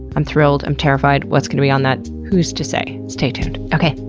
i'm thrilled. i'm terrified. what's gonna be on that? who's to say, stay tuned. okay,